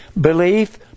Belief